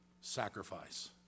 sacrifice